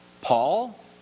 Paul